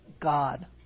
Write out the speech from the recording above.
God